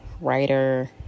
writer